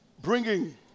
bringing